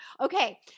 Okay